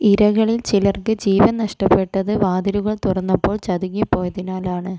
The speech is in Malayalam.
ഇരകളിൽ ചിലർക്ക് ജീവൻ നഷ്ടപ്പെട്ടത് വാതിലുകൾ തുറന്നപ്പോൾ ചതുങ്ങി പോയതിനാലാണ്